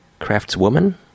Craftswoman